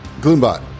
Gloombot